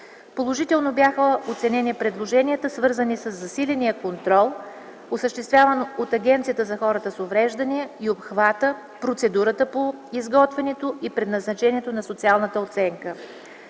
Положително бяха оценени предложенията, свързани със засиления контрол, осъществяван от Агенцията за хората с увреждания, и обхватът и процедурата по изготвянето и предназначението на социалната оценка.